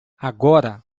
agora